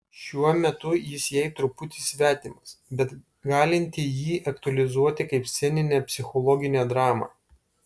šiuo metu jis jai truputį svetimas bet galinti jį aktualizuoti kaip sceninę psichologinę dramą